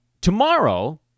tomorrow